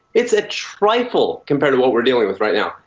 it's a trifle compared to what we're dealing with right now.